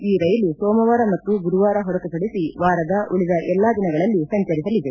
ಈ ರೈಲು ಸೋಮವಾರ ಮತ್ತು ಗುರುವಾರ ಹೊರತುಪಡಿಸಿ ವಾರದ ಉಳಿದ ಎಲ್ಲ ದಿನಗಳಲ್ಲಿ ಸಂಚರಿಸಲಿದೆ